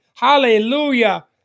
Hallelujah